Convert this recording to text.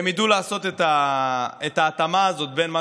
הם ידעו לעשות את ההתאמה הזאת בין מה